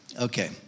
Okay